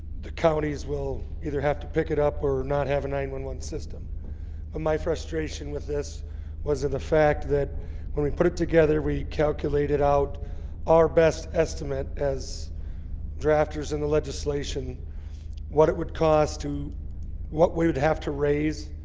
the counties will either have to pick it up or not have a nine one one system but ah my frustration with this was of the fact that when we put it together we calculated out our best estimate as drafters in the legislation what it would cost to what we would have to raise?